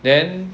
then